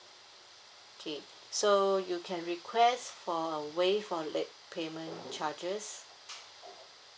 K so you can request for a waive for late payment charges